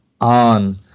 on